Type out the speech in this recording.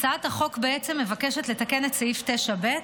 הצעת החוק בעצם מבקשת לתקן את סעיף 9(ב)